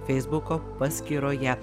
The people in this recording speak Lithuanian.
feisbuko paskyroje